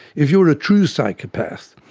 if you're a true psychopath,